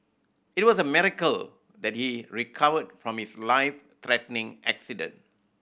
it was a miracle that he recovered from his life threatening accident